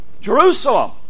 Jerusalem